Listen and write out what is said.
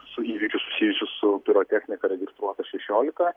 su įvykiu susijusiu su pirotechnika registruota šešiolika